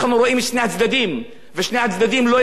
ושני הצדדים לא יפים ולא מכובדים לעם ישראל.